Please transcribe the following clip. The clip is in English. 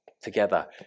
together